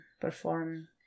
perform